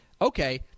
okay